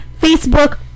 facebook